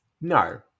No